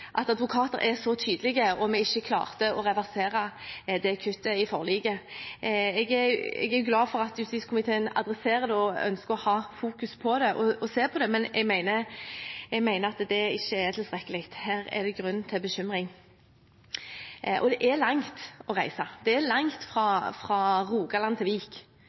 advokater er så tydelige, og at vi ikke klarte å reversere det kuttet i forliket. Jeg er glad for at justiskomiteen adresserer dette og ønsker å ha fokus på det, men jeg mener at det ikke er tilstrekkelig – her er det grunn til bekymring. Det er langt å reise. Det er langt fra Rogaland til Vik.